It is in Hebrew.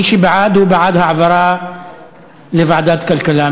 מי שבעד, הוא בעד העברה לוועדת הכלכלה.